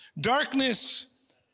Darkness